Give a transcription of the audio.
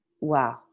wow